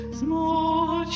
small